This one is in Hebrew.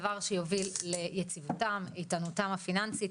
דבר שיוביל ליציבותם ואיתנותם הפיננסית,